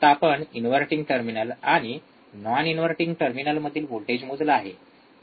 आता आपण inverting terminal आणि नाॅन इनव्हर्टिंग मधील व्होल्टेज मोजला आहे